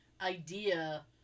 idea